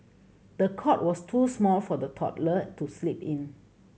the cot was too small for the toddler to sleep in